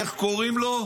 איך קוראים לו?